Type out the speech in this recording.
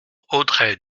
audrey